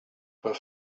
were